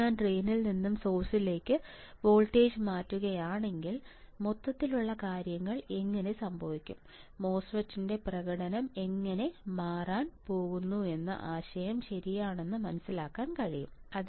ഇപ്പോൾ ഞാൻ ഡ്രെയിനിൽ നിന്ന് സോഴ്സിലേക്കുള്ള വോൾട്ടേജ് മാറ്റുകയാണെങ്കിൽ മൊത്തത്തിലുള്ള കാര്യങ്ങൾ എങ്ങനെ സംഭവിക്കും മോസ്ഫെറ്റിന്റെ പ്രകടനം എങ്ങനെ മാറാൻ പോകുന്നു എന്ന ആശയം ശരിയാണെന്ന് മനസ്സിലാക്കാൻ കഴിയും